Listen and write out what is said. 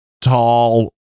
Tall